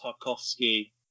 Tarkovsky